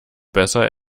besser